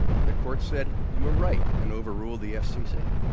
and the court said, you're right, and overruled the fcc.